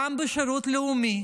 גם בשירות לאומי,